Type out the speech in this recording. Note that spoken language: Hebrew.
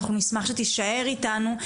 אנחנו נשמח שתישאר איתנו,